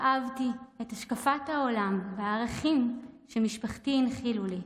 שאבתי את השקפת העולם והערכים שמשפחתי הנחילה לי.